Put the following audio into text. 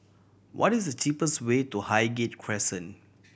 what is the cheapest way to Highgate Crescent